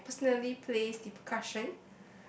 I personally plays the percussion